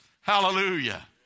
Hallelujah